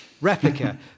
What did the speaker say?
replica